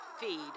feed